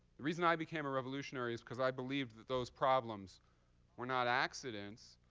the reason i became a revolutionary is because i believed that those problems were not accidents.